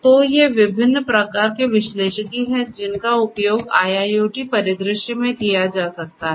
तो ये विभिन्न प्रकार के विश्लेषिकी हैं जिनका उपयोग IIoT परिदृश्य में किया जा सकता है